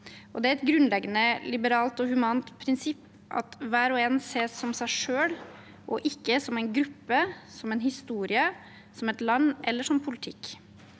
det er et grunnleggende liberalt og humant prinsipp at hver og en ses som seg selv og ikke som en gruppe, som en historie, som et land eller som politikk.